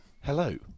Hello